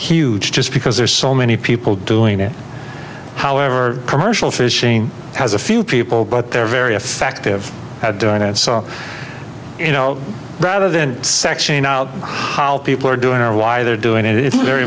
huge just because there's so many people doing it however commercial fishing has a few people but they're very effective at doing it so you know rather than sex people are doing are why they're doing it it's very